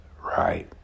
right